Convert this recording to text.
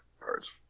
cards